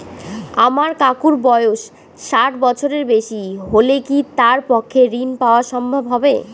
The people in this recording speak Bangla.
আমার কাকুর বয়স ষাট বছরের বেশি হলে কি তার পক্ষে ঋণ পাওয়া সম্ভব হবে?